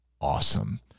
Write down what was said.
awesome